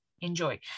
enjoy